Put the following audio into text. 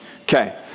okay